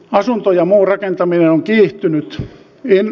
asunto ja muu rakentaminen on kiihtynyt